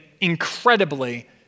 incredibly